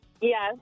Yes